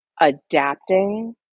adapting